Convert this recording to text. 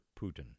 Putin